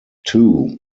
too